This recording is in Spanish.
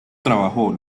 trabajó